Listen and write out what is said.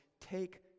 take